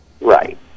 right